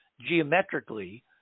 geometrically